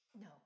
No